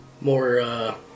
more